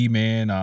man